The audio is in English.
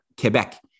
Quebec